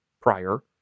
prior